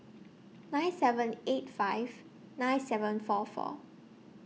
nine seven eight five nine seven four four